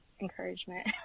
encouragement